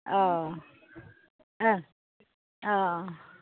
अ ओं औ